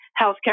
healthcare